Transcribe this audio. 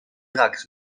gags